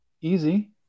Easy